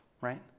right